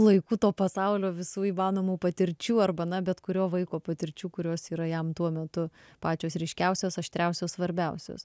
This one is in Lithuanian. laikų to pasaulio visų įmanomų patirčių arba na bet kurio vaiko patirčių kurios yra jam tuo metu pačios ryškiausios aštriausios svarbiausios